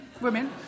women